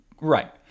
right